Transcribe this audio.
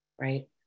right